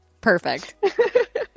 Perfect